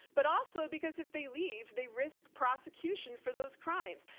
but also because if they leave, they risk prosecution for those crimes.